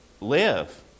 live